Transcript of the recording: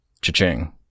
Cha-ching